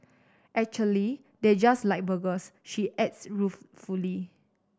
actually they just like burgers she adds ruefully